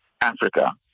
Africa